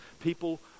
People